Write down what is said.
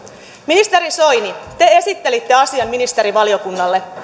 ministeri soini te esittelitte asian ministerivaliokunnalle